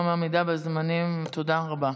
גם על העמידה בזמנים תודה רבה.